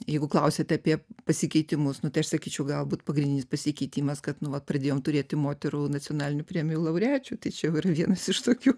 jeigu klausiat apie pasikeitimus nu tai aš sakyčiau galbūt pagrindinis pasikeitimas kad nu vat pradėjom turėti moterų nacionalinių premijų laureačių ta čia jau yra vienas iš tokių